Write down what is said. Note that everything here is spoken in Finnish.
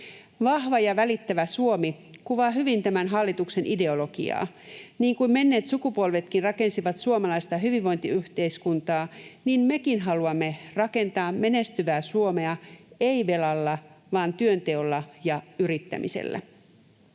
Vahva ja välittävä Suomi kuvaa hyvin tämän hallituksen ideologiaa. Niin kuin menneet sukupolvetkin rakensivat suomalaista hyvinvointiyhteiskuntaa, niin mekin haluamme rakentaa menestyvää Suomea: ei velalla vaan työnteolla ja yrittämisellä.